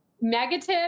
negative